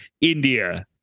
India